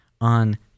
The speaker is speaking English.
on